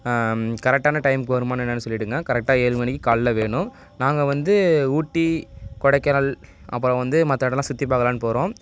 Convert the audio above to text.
கரெக்டான டைம்க்கு வருமா என்னன்னு சொல்லிடுங்க கரெக்டாக ஏழு மணிக்கு காலைல வேணும் நாங்கள் வந்து ஊட்டி கொடைக்கானல் அப்புறம் வந்து மற்ற இடம்லாம் சுற்றி பார்க்கலாம்னு போகிறோம்